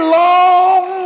long